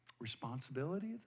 responsibility